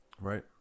Right